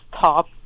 top